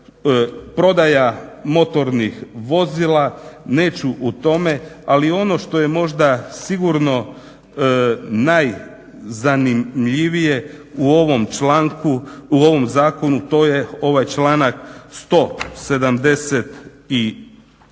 Prodaja motornih vozila, neću o tome. Ali ono što je možda sigurno najzanimljivije u ovom zakonu to je članak 172.,